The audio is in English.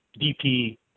DP